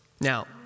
Now